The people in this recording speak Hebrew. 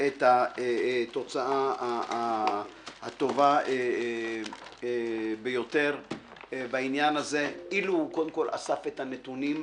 את התוצאה הטובה ביותר בעניין הזה לו קודם כל אסף את הנתונים,